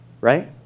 right